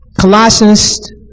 Colossians